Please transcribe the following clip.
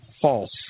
false